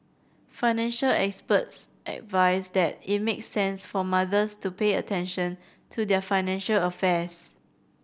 financial experts advise that it makes sense for mothers to pay attention to their financial affairs